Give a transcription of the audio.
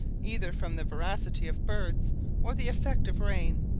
either from the voracity of birds or the effect of rain,